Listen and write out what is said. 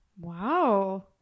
wow